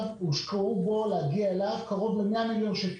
הושקעו להגיע אליו קרוב ל-100 מיליון שקל.